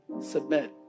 submit